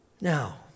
Now